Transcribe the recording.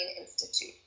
Institute